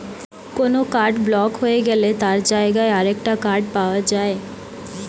কোনো card block হয়ে গেলে তার জায়গায় আরেকটা কার্ড পাওয়া যায়